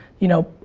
you know,